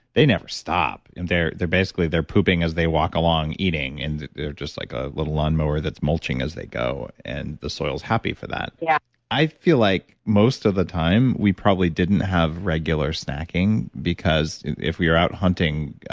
they never stop and they're they're basically, they're pooping as they walk along eating and they're just like a little lawnmower that's mulching as they go and the soil is happy for that yeah i feel like most of the time, we probably didn't have regular snacking because if we are out hunting,